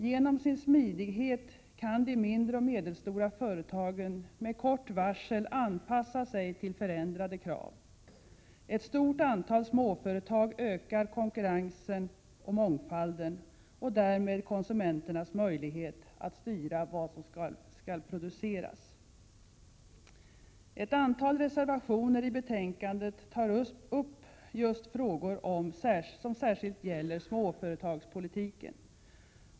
Genom sin smidighet kan de mindre och medelstora företagen med kort varsel anpassa sig till förändrade krav. Ett stort antal småföretag ökar konkurrensen och mångfalden och därmed konsumenternas möjlighet att styra vad som skall produceras. Ett antal reservationer i betänkandet tar upp just frågor som särskilt gäller småföretagspolitiken.